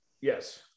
Yes